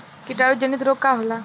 कीटाणु जनित रोग का होला?